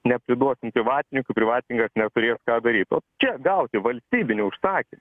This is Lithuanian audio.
nepriduosim privatininkui privatininkas neturės ką daryt o čia gauti valstybinį užsakymą